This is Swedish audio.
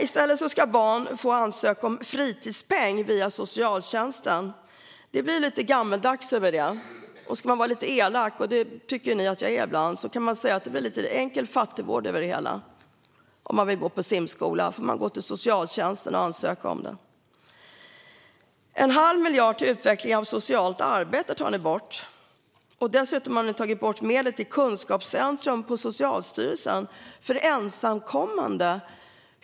I stället ska barn få ansöka om fritidspeng via socialtjänsten. Det är något gammaldags över det. Ska man vara lite elak - och det tycker ju ni att jag är ibland - kan man säga att det är lite av enkel fattigvård över det hela. Om man vill gå på simskola får man gå till socialtjänsten och ansöka om det. En halv miljard till utveckling av socialt arbete tar ni bort. Dessutom tar ni bort medlen till Socialstyrelsens kunskapscentrum för ensamkommande.